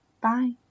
Bye